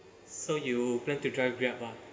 so you plan to drive Grab ah